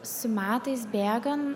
su metais bėgan